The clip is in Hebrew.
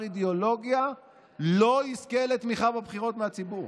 אידיאולוגיה לא יזכה לתמיכה בבחירות מהציבור,